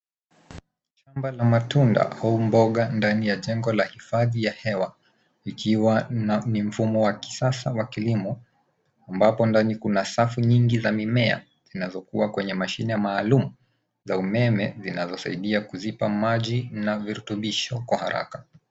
Shamba la matunda au mboga ndani ya jengo la hifadhi ya hewa vikiwa na- ni mfumo wa kisasa wa kilimo ambapo ndani kuna safu nyingi za mimea zinazokua kwenye mashine maalum za umeme zinazosaidia kuzipa maji na virutubisho kwa haraka.